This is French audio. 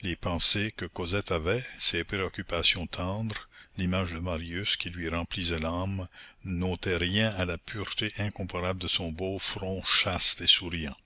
les pensées que cosette avait ses préoccupations tendres l'image de marius qui lui remplissait l'âme n'ôtaient rien à la pureté incomparable de son beau front chaste et souriant